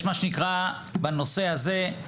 לא נוח לי בישיבה הזו.